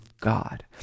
God